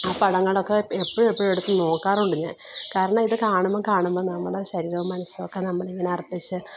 ആ പടങ്ങളൊക്കെ എപ്പോഴും എപ്പോഴും എടുത്തു നോക്കാറുണ്ട് ഞാൻ കാരണം ഇത് കാണുമ്പോൾ കാണുമ്പോൾ നമ്മളുടെ ശരീരവും മനസ്സും ഒക്കെ നമ്മളിൽത്തന്നെ അർപ്പിച്ച്